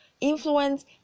influence